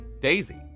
Daisy